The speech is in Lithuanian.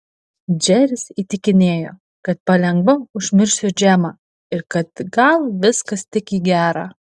džeris įtikinėjo kad palengva užmiršiu džemą ir kad gal viskas tik į gera